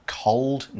cold